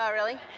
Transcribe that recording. um really?